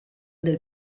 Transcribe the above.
del